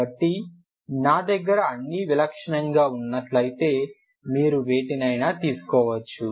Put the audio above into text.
కాబట్టి నా దగ్గర అన్నీ విలక్షణంగా ఉన్నట్లయితే మీరు వేటినైనా తీసుకోవచ్చు